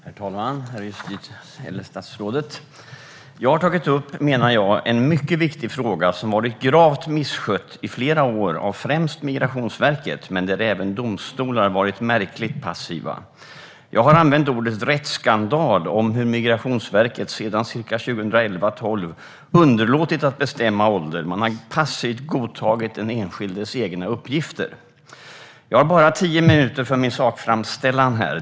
Herr talman! Statsrådet! Jag har tagit upp, menar jag, en mycket viktig fråga som har varit gravt misskött i flera år av främst Migrationsverket men där även domstolar varit märkligt passiva. Jag har använt ordet rättsskandal om hur Migrationsverket sedan 2011-2012 har underlåtit att bestämma ålder. Man har passivt godtagit den enskildes egna uppgifter. Jag har bara tio minuter för min sakframställan här.